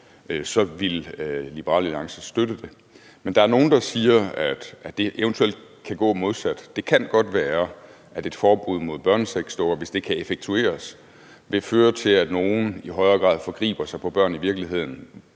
så ville Liberal Alliance støtte det. Men der er nogle, der siger, at det evt. kan gå modsat. Det kan godt være, at et forbud mod børnesexdukker, hvis det kan effektueres, vil føre til, at nogle i højere grad forgriber sig på børn i virkeligheden,